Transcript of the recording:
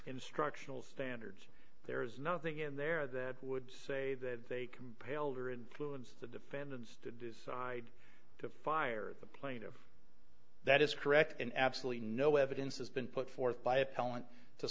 instructional standards there is nothing in there that would say that they compelled or influence the defendants to decide to fire the plaintive that is correct and absolutely no evidence has been put forth by appellant to